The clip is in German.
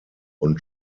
und